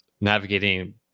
navigating